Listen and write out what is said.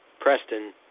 Preston